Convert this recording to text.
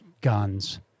guns